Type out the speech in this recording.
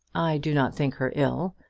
i do not think her ill.